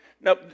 Now